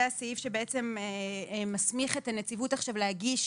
זה הסעיף שבעצם מסמיך עכשיו את הנציבות להגיש